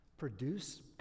produce